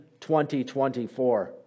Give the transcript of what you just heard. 2024